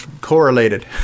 correlated